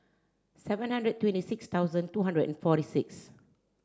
seven hundred twenty six thousand two hundred and forty six